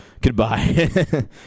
goodbye